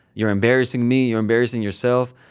you're embarrassing me. you're embarrassing yourself.